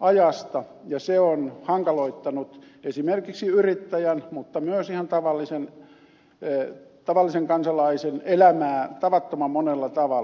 ajasta ja se on hankaloittanut esimerkiksi yrittäjän mutta myös ihan tavallisen kansalaisen elämää tavattoman monella tavalla